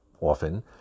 often